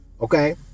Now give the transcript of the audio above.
okay